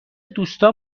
دوستان